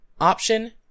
option